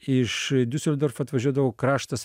iš diuseldorfo atvažiuodavo kraštas